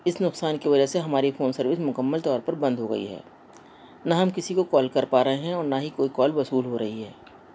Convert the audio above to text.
اس نقصان کی وجہ سے ہماری فون سروس مکمل طور پر بند ہو گئی ہے نہ ہم کسی کو کال کر پا رہے ہیں اور نہ ہی کوئی کال وصول ہو رہی ہے